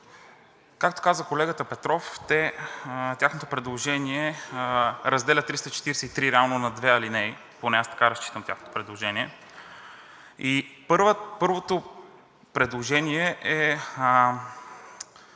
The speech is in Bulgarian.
Както каза колегата Петров, тяхното предложение реално разделя 343 на две алинеи, поне аз така разчитам тяхното предложение и първото предложение е